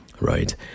right